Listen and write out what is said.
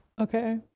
Okay